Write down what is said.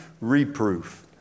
reproof